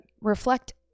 reflect